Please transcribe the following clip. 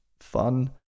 fun